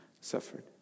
suffered